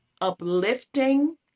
uplifting